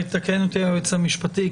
ויתקן אותי היועץ המשפטי,